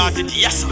yes